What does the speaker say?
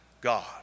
God